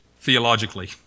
theologically